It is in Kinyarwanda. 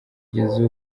kugeza